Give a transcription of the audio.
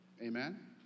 Amen